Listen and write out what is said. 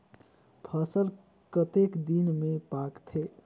फसल कतेक दिन मे पाकथे?